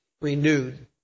renewed